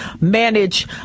manage